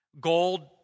Gold